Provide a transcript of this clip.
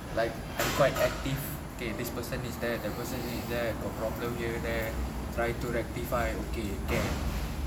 like I'm quite active okay this person is there that person needs that okay got problem here there try to rectify okay can